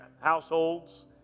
households